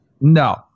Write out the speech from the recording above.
No